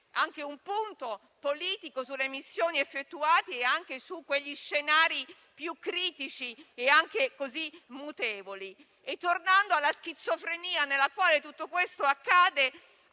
fare un punto politico sulle missioni effettuate e anche sugli scenari più critici e anche così mutevoli. Tornando alla schizofrenia nella quale tutto questo accade,